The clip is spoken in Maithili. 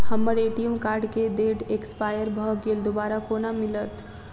हम्मर ए.टी.एम कार्ड केँ डेट एक्सपायर भऽ गेल दोबारा कोना मिलत?